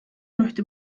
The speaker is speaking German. möchte